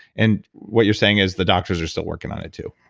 and what you're saying is the doctors are still working on it, too.